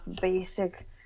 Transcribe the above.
basic